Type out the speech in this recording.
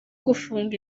gufunga